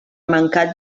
mancat